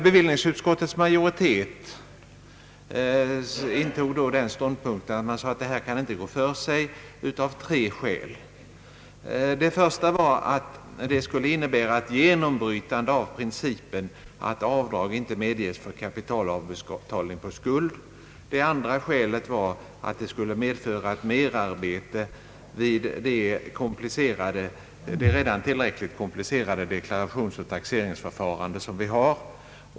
Bevillningsutskottets majoritet avstyrkte då avdragsrätt av tre skäl. Det första var att det skulle innebära ett genombrytande av principen, att avdrag inte medges för kapitalavbetalning för skuld. Det andra skälet var att det skulle medföra merarbete vid det redan tillräckligt komplicerade deklarationsoch taxeringsförfarande, som vi har.